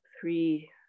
Three